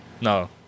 No